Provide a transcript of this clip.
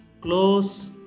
close